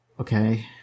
Okay